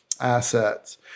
assets